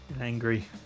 Angry